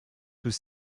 peut